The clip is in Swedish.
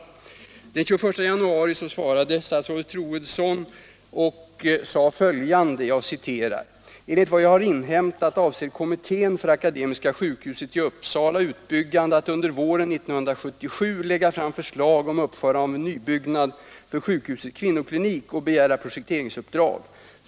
Den 21 januari svarade statsrådet Troedsson följande: ”Enligt vad jag har inhämtat avser kommittén för Akademiska sjukhusets i Uppsala utbyggande att under våren 1977 lägga fram förslag om uppförande av en nybyggnad för sjukhusets kvinnoklinik och begära projekteringsuppdrag.